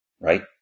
Right